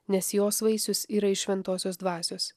nes jos vaisius yra iš šventosios dvasios